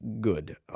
good